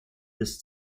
this